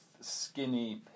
skinny